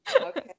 okay